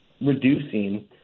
reducing